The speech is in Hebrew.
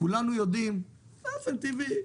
כולנו יודעים שבאופן טבעי,